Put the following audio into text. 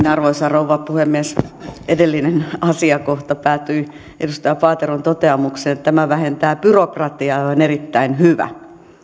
arvoisa rouva puhemies edellinen asiakohta päättyi edustaja paateron toteamukseen että tämä vähentää byrokratiaa ja on on erittäin hyvä